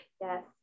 yes